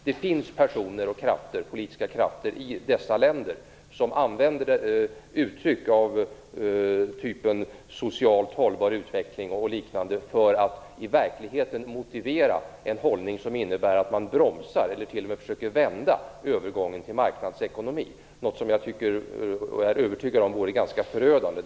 Det finns personer och politiska krafter i dessa länder som använder uttryck av typen "socialt hållbar utveckling" och liknande för att i verkligheten motivera en hållning som innebär att man bromsar eller t.o.m. försöker vända övergången till marknadsekonomi. Det är något som jag är övertygad om vore ganska förödande.